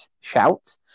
shout